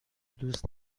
دوست